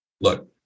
look